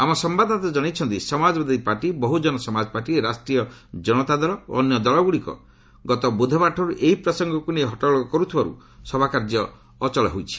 ଆମ ସମ୍ଭାଦଦାତା ଜଣାଇଛନ୍ତି ସମାଜବାଦୀ ପାର୍ଟି ବହୁଜନ ସମାଜ ପାଟି ରାଷ୍ଟ୍ରୀୟ ଜନତା ଦଳ ଓ ଅନ୍ୟ ଦଳଗୁଡ଼ିକ ଗତ ବୁଧବାରଠାରୁ ଏହି ପ୍ରସଙ୍ଗକୁ ନେଇ ହଟ୍ଟଗୋଳ କରୁଥିବାରୁ ସଭାକାର୍ଯ୍ୟ ଅଚଳ ହୋଇପଡ଼ିଛି